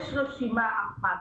יש רשימה אחת